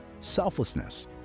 selflessness